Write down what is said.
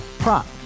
Prop